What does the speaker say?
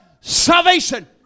salvation